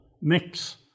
mix